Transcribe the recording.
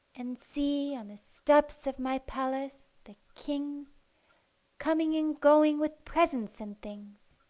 and see, on the steps of my palace, the kings coming and going with presents and things!